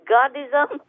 godism